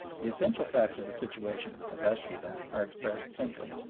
the essential facts of the situation, as i see them, are expressed simply.